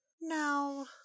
No